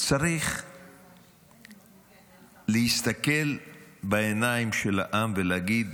צריך להסתכל בעיניים של העם ולהגיד: